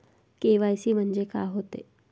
KYC म्हंनजे का होते?